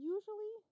Usually